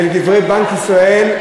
ולדברי בנק ישראל,